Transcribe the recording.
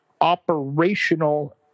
operational